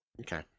Okay